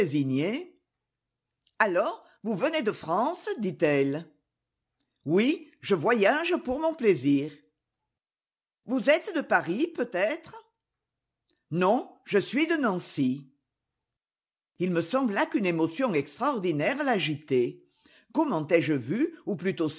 alors vous venez de france dit-elle oui je voyage pour mon plaisir vous êtes de paris peut-être non je suis de nancy il me sembla qu'une émotion extraordinaire l'agitait comment ai-je vu ou plutôt